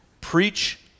Preach